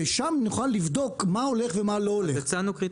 ששם נוכל לבדוק מה הולך ומה לא הולך?